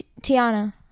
Tiana